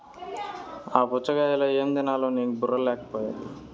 ఆ పుచ్ఛగాయలో ఏం తినాలో నీకు బుర్ర లేకపోయె